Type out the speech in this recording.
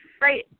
right